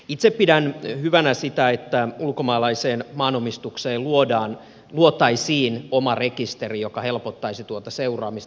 itse pidän hyvänä sitä että ulkomaalaiseen maanomistukseen luotaisiin oma rekisteri joka helpottaisi tuota seuraamista